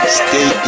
stay